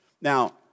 Now